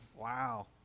wow